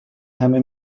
همه